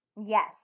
Yes